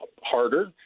harder